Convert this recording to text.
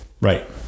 Right